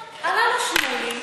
עכשיו, עלה לו שמולי,